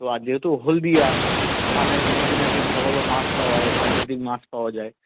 তো আর যেহেতু হলদিয়া ওখানে শুনেছি নাকি ভালো ভালো মাছ পাওয়া যায় সামুদ্রিক মাছ পাওয়া যায়